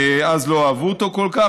אז לא אהבו אותו כל כך.